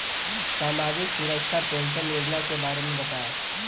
सामाजिक सुरक्षा पेंशन योजना के बारे में बताएँ?